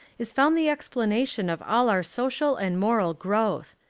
is found the explanation of all our social and moral growth.